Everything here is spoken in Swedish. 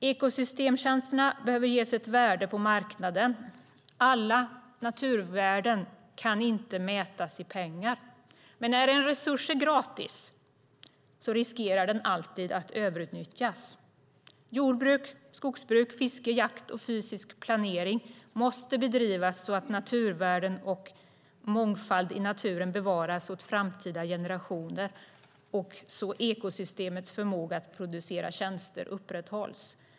Ekosystemstjänsterna behöver ges ett värde på marknaden. Alla naturvärden kan inte mätas i pengar, men när en resurs är gratis riskerar den alltid att överutnyttjas. Jordbruk, skogsbruk, fiske, jakt och fysisk planering måste bedrivas så att naturvärden och mångfald i naturen bevaras åt framtida generationer och så att ekosystemens förmåga att producera tjänster upprätthålls.